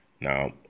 Now